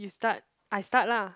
you start I start lah